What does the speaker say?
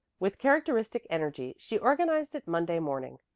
with characteristic energy she organized it monday morning.